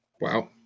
Wow